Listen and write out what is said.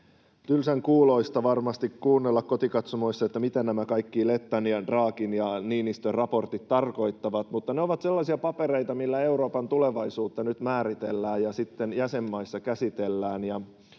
tylsän kuuloista varmasti kuunnella kotikatsomoissa, mitä nämä kaikki Lettan ja Draghin ja Niinistön raportit tarkoittavat, mutta ne ovat sellaisia papereita, millä Euroopan tulevaisuutta nyt määritellään ja sitten jäsenmaissa käsitellään.